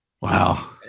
Wow